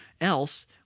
else